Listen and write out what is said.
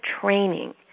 training